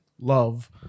love